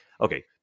okay